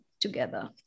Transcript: together